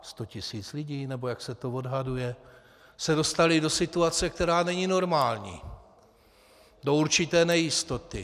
Sto tisíc lidí, nebo jak se to odhaduje, se dostalo do situace, která není normální, do určité nejistoty.